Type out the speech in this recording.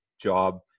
job